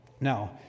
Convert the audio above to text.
now